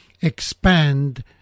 expand